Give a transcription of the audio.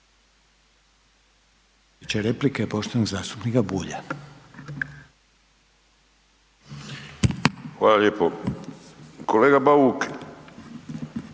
Hvala lijepo. Kolega Bauk,